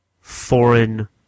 foreign